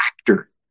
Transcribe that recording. actor